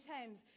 times